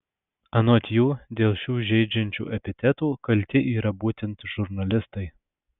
anot jų dėl šių žeidžiančių epitetų kalti yra būtent žurnalistai